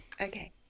Okay